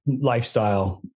lifestyle